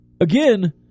Again